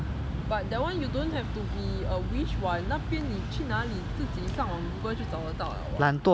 but that one you don't have to be a wish [what] 那边你去哪里自己上网 google 就找得到 liao [what]